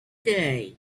day